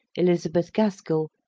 elizabeth gaskell,